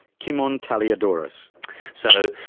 kimon taliadoros so,